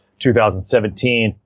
2017